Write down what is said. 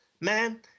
man